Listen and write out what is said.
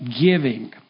giving